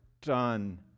done